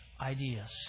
ideas